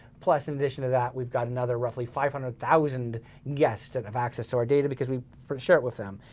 plus in addition to that, we've got another roughly five hundred thousand guests that have access to our data because we prefer to share it with them,